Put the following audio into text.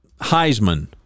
Heisman